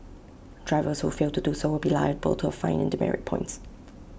drivers who fail to do so will be liable to A fine and demerit points